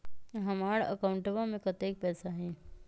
हमार अकाउंटवा में कतेइक पैसा हई?